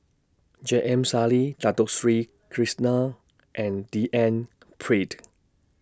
J M Sali Dato Sri Krishna and D N Pritt